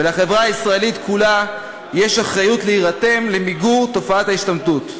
ולחברה הישראלית כולה יש אחריות להירתם למיגור תופעת ההשתמטות.